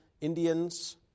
Indians